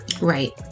Right